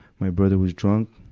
my brother was drunk,